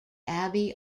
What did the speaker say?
abby